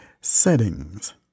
settings